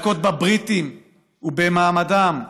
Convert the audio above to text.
להכות בבריטים ובמעמדם,